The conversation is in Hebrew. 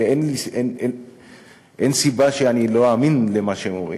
ואין סיבה שאני לא אאמין למה שהם אומרים,